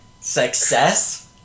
success